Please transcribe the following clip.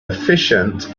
efficient